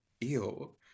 ew